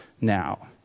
now